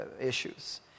issues